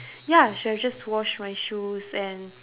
ya should have just wash my shoes and